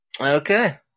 Okay